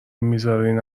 میذارین